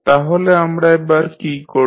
তাহলে আমরা এবার কী করব